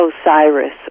Osiris